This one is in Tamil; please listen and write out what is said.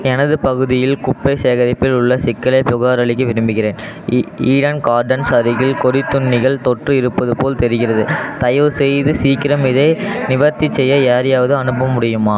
எனது பகுதியில் குப்பை சேகரிப்பில் உள்ள சிக்கலைப் புகாரளிக்க விரும்புகிறேன் ஈ ஈடன் கார்டன்ஸ் அருகில் கொறித்துண்ணிகள் தொற்று இருப்பது போல் தெரிகிறது தயவு செய்து சீக்கிரம் இதை நிவர்த்தி செய்ய யாரையாவது அனுப்ப முடியுமா